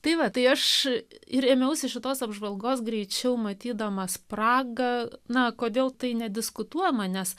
tai va tai aš ir ėmiausi šitos apžvalgos greičiau matydamas spragą na kodėl tai nediskutuojama nes